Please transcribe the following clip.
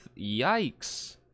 yikes